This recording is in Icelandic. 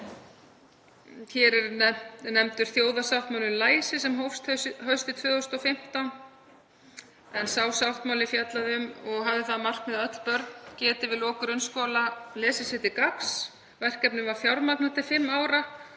Hér er nefndur þjóðarsáttmáli um læsi sem hófst haustið 2015 en sá sáttmáli fjallaði um og hafði það markmið að öll börn geti við lok grunnskóla lesið sér til gagns. Verkefnið var fjármagnað til fimm ára